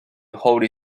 holy